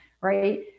Right